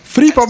Free